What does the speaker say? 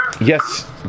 Yes